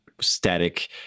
static